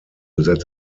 that